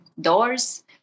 doors